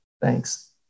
Thanks